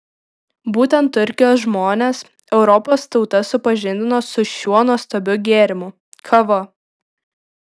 būtent turkijos žmonės europos tautas supažindino su šiuo nuostabiu gėrimu kava